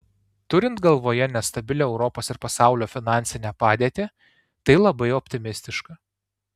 turint galvoje nestabilią europos ir pasaulio finansinę padėtį tai labai optimistiška